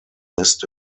missed